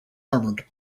armored